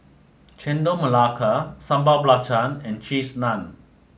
Chendol Melaka Sambal Belacan and Cheese Naan